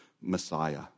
Messiah